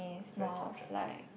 it's very subjective